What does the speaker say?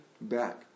back